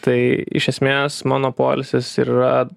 tai iš esmės mano poilsis ir yra